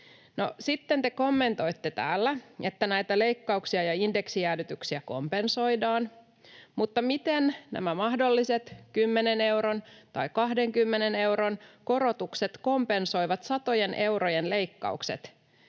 sitten te kommentoitte täällä, että näitä leikkauksia ja indeksijäädytyksiä kompensoidaan, mutta miten nämä mahdolliset 10 euron tai 20 euron korotukset kompensoivat satojen eurojen leikkaukset?